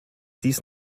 dies